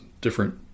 different